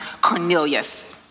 Cornelius